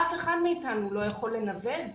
אף אחד מאתנו לא יכול לנבא את זה.